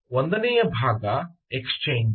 ಒಂದನೆಯ ಭಾಗ ಎಕ್ಸ್ಚೇಂಜ್